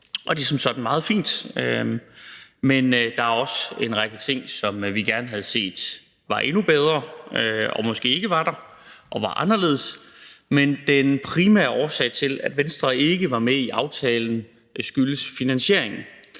og det er som sådan meget fint, men der er også en række ting, som vi gerne havde set var endnu bedre, ting, som måske ikke var der, og ting, som var anderledes. Men den primære årsag til, at Venstre ikke var med i aftalen, er finansieringen.